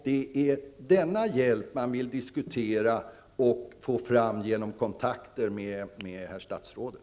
Det är den sortens hjälp som man vill diskutera och möjliggöra genom kontakter med herr statsrådet.